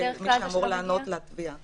לא, בעיקר מי שאמור לענות לתביעה.